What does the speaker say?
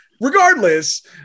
Regardless